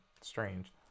Strange